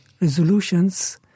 resolutions